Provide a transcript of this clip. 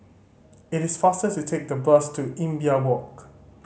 it is faster to take the bus to Imbiah Walk